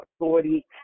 authority